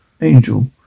Angel